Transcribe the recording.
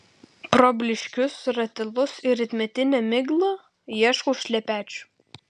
pro blyškius ratilus ir rytmetinę miglą ieškau šlepečių